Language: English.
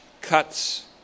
cuts